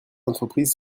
entreprises